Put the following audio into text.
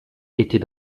était